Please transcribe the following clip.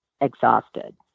exhausted